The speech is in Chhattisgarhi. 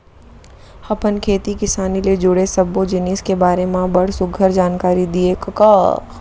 अपन खेती किसानी ले जुड़े सब्बो जिनिस के बारे म बड़ सुग्घर जानकारी दिए कका